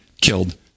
killed